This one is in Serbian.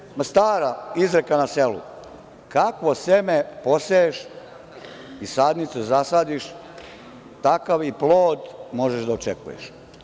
Ima stara izreka na selu – kakvo seme poseješ i sadnicu zasadiš, takav i plod možeš da očekuješ.